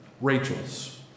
Rachel's